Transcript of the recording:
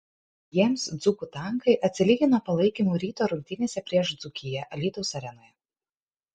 jiems dzūkų tankai atsilygino palaikymu ryto rungtynėse prieš dzūkiją alytaus arenoje